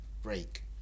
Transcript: break